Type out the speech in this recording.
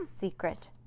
secret